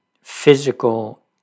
physical